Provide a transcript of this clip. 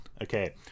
Okay